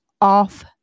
off